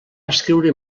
escriure